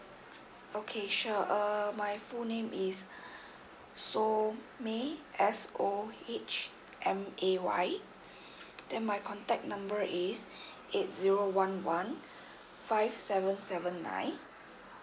okay sure uh my full name is soh may S O H M A Y then my contact number is eight zero one one five seven seven nine